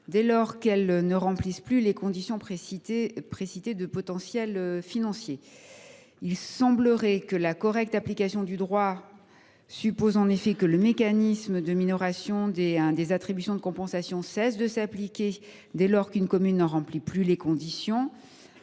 dès lors qu’elles ne remplissent plus les conditions précitées de potentiel financier. L’application correcte du droit supposerait en effet que le mécanisme de minoration des attributions de compensation cesse de s’appliquer dès lors qu’une commune n’en remplit plus les conditions.